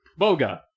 Boga